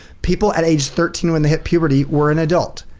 people at age thirteen, when they hit puberty were an adult.